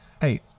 Hey